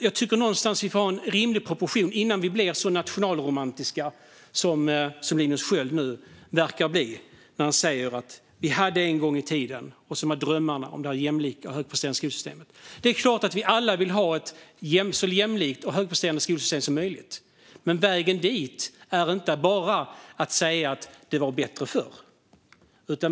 Jag tycker att vi får ha en rimlig proportion innan vi blir så nationalromantiska som Linus Sköld verkar bli när han säger: Vi hade en gång i tiden, och när han drömmer om det jämlika och högpresterande skolsystemet. Det är klart att vi alla vill ha ett så jämlikt och högpresterande skolsystem som möjligt. Men vägen dit innebär inte bara att säga att det var bättre förr.